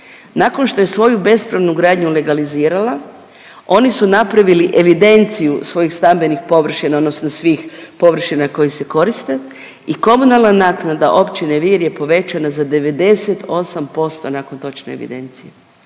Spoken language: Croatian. nakon što je svoju bespravnu gradnju legalizirala, oni su napravili evidenciju svojih stambenih površina odnosno svih površina koje se koriste i komunalna naknada općine Vir je povećana za 98% nakon točne evidencije